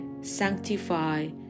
sanctify